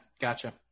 gotcha